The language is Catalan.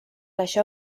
això